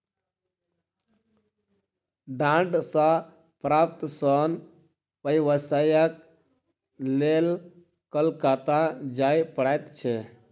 डांट सॅ प्राप्त सोन व्यवसायक लेल कोलकाता जाय पड़ैत छै